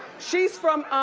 she's from